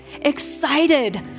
excited